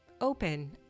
open